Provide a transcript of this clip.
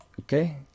Okay